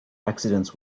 accidents